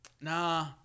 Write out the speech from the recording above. Nah